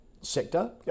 sector